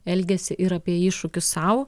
elgesį ir apie iššūkius sau